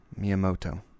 Miyamoto